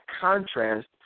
contrast